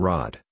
Rod